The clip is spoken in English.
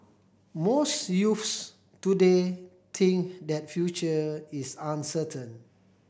most youths today think that future is uncertain